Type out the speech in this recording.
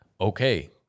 okay